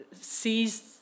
sees